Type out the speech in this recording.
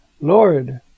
Lord